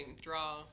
draw